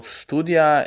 studia